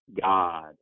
God